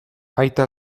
aita